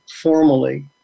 formally